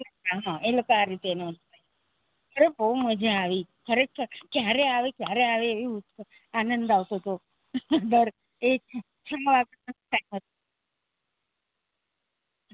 ઠીક છે હા એટલે આ રીતે એને અરે બહુ મજા આવી ખરેખર ક્યારે આવે ક્યારે આવે એવી આનંદ આવતો તો બસ એ જ